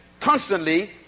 constantly